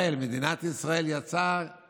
קראתי את חמשת הנושאים שאושרו,